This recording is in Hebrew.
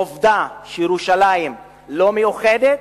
עובדה שירושלים לא מאוחדת,